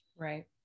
Right